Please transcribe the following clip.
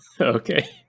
Okay